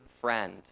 friend